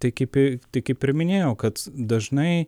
tai kaip i tai kaip ir minėjau kad dažnai